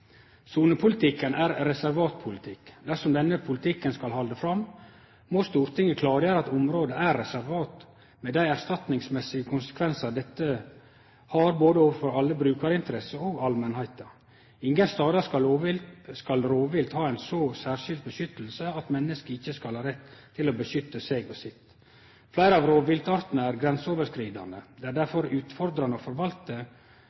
Sonepolitikken er ein reservatpolitikk. Dersom denne politikken skal halde fram, må Stortinget klargjere at områda er reservat, med dei erstatningsmessige konsekvensar dette har både overfor alle brukarinteresser og overfor allmennheita. Ingen stader skal rovvilt ha ein så særskild beskyttelse at mennesket ikkje skal ha rett til å beskytte seg og sitt. Fleire av rovviltartane er grenseoverskridande. Det er derfor utfordrande å forvalte